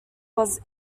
was